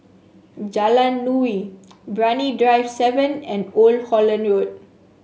Jalan Nuri Brani Drive seven and Old Holland Road